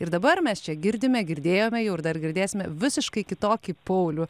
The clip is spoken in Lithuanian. ir dabar mes čia girdime girdėjome jau ir dar girdėsime visiškai kitokį paulių